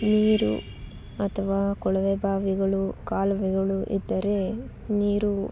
ನೀರು ಅಥವಾ ಕೊಳವೆ ಬಾವಿಗಳು ಕಾಲುವೆಗಳು ಇದ್ದರೆ ನೀರು